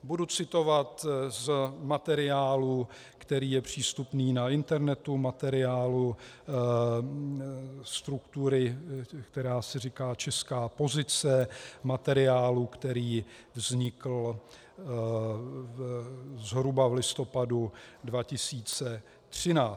Budu citovat z materiálu, který je přístupný na internetu, materiálu struktury, která si říká Česká pozice, materiálu, který vznikl zhruba v listopadu 2013.